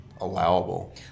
allowable